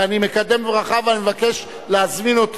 ואני מקדם בברכה ואני מבקש להזמין גם